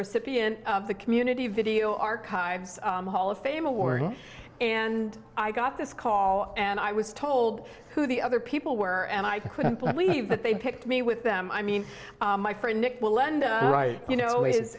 recipient of the community video archives the hall of fame a warning and i got this call and i was told who the other people were and i couldn't believe that they picked me with them i mean my friend nick wallenda right you know